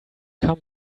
come